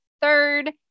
third